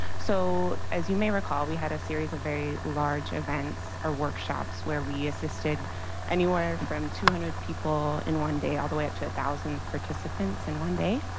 so as you may recall we had a series of very large events, our workshops where we assisted anywhere from two hundred people in one day all the way up to a thousand participants in one day.